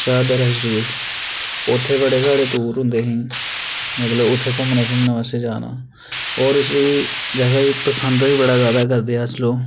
शहादरा शरीफ उत्थें बड़े साढ़े टूर होंदे ही मतलब उत्थें घूमने शूमने वास्तै जाना होर उसी जगहा गी पसंद बी बड़ा जादा करदे अस लोक